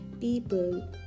people